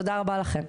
תודה רבה לכם.